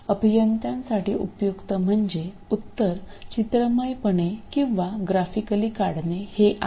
अभियंत्यांसाठी उपयुक्त म्हणजे उत्तर चित्रमयपणे किंवा ग्रफिकली काढणे हे आहे